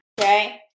okay